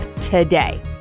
today